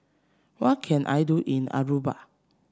what can I do in Aruba